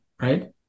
right